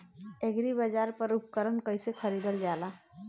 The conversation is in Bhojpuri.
एग्रीबाजार पर उपकरण कइसे खरीदल जाला?